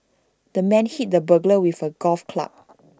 the man hit the burglar with A golf club